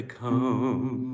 come